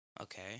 Okay